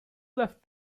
left